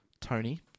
Tony